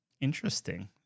Interesting